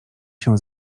się